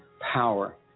power